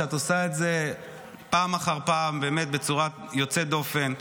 ואת עושה את זה פעם אחר פעם באמת בצורה יוצאת דופן,